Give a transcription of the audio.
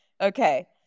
okay